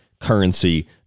currency